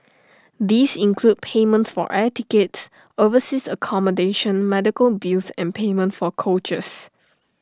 these include payments for air tickets overseas accommodation medical bills and payment for coaches